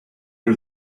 are